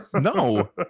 No